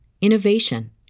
innovation